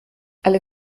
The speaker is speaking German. alle